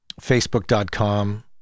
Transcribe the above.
Facebook.com